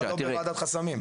אבל לא בוועדת חסמים.